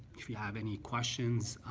if you have any questions,